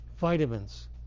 vitamins